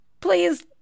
please